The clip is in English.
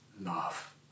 love